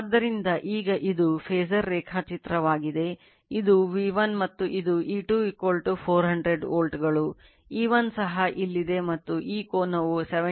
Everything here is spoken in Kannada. ಆದ್ದರಿಂದ ಈಗ ಇದು ಫಾಸರ್ ರೇಖಾಚಿತ್ರವಾಗಿದೆ ಇದು V1 ಮತ್ತು ಇದು E2 400 ವೋಲ್ಟ್ಗಳು E1 ಸಹ ಇಲ್ಲಿದೆ ಮತ್ತು ಈ ಕೋನವು 70